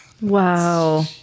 Wow